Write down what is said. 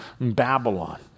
Babylon